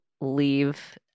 leave